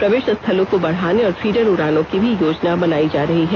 प्रवेश स्थलों को बढ़ाने और फीडर उड़ानों की भी योजना बनाई जा रही है